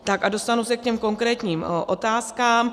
Tak a dostanu se k těm konkrétním otázkám.